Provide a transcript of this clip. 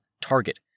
target